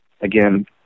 Again